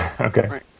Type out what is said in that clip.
Okay